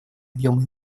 объема